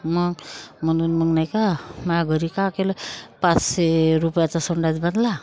मग म्हणून मग नाही का माझ्या घरी का केलं पाचशे रुपयाचा संडास बांधला